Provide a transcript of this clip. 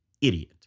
idiot